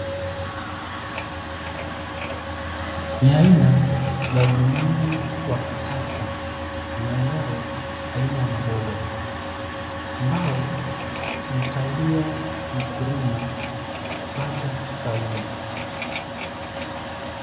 Ni aina ya ulimaji wa kisasa wa mazao aina ya maboga, ambao humsaidia mkulima kupata faida.